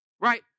Right